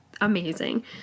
amazing